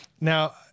now